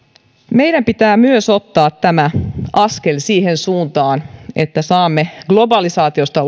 meidän pitää myös ottaa askel siihen suuntaan että saamme globalisaatiosta